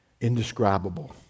Indescribable